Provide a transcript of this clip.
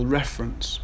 reference